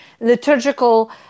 liturgical